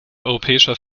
europäischer